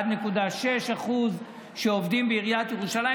1.6% שעובדים בעיריית ירושלים,